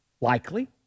Likely